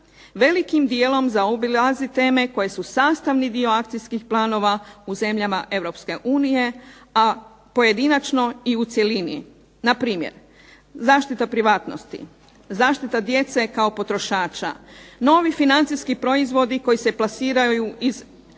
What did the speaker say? velikim dijelom zaobilazi teme koji su sastavni dio akcijskih planova u zemljama Europske unije, a pojedinačno i u cjelini. Npr. zaštita privatnosti, zaštita djece kao potrošača, novi financijski proizvodi koji se plasiraju iz